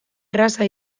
erraza